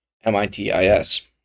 M-I-T-I-S